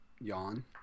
yawn